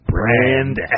Brand